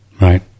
right